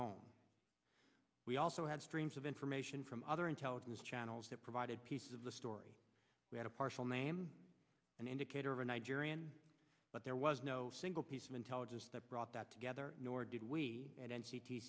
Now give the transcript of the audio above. home we also had streams of information from other intelligence channels that provided piece of the story we had a partial name an indicator of a nigerian but there was no single piece of intelligence that brought that together nor did we